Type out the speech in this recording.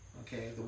Okay